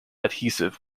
adhesive